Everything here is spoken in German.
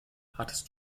hattest